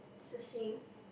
it's the same